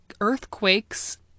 Earthquakes